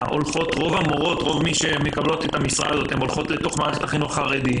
ורוב מי שמקבלות את ההכשרה הזאת הולכות לתוך מערכת החינוך החרדי,